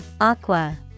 Aqua